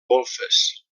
golfes